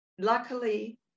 luckily